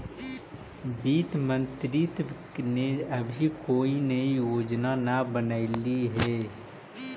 वित्त मंत्रित्व ने अभी कोई नई योजना न बनलई हे